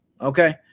okay